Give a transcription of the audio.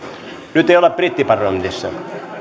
nyt ei olla brittiparlamentissa